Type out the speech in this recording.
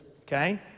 Okay